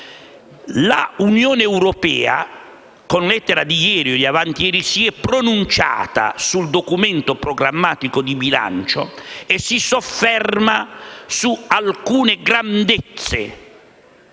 l'Unione europea, con una lettera di ieri o di avantieri, si è pronunciata sul Documento programmatico di bilancio e si sofferma su alcune grandezze